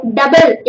double